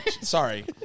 sorry